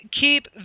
keep